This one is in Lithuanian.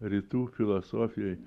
rytų filosofijai